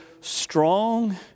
strong